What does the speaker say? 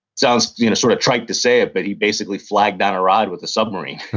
sounds you know sort of trite to say it, but he basically flagged down a ride with a submarine